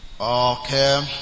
Okay